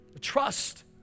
trust